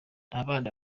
abana